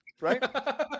right